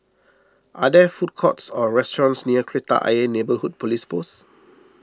are there food courts or restaurants near Kreta Ayer Neighbourhood Police Post